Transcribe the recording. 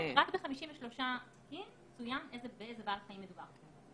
כן, רק ב-53 תיקים צוין באיזה בעל חיים מדובר.